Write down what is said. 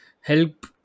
help